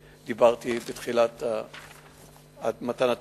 שדיברתי עליו בתחילת מתן התשובה.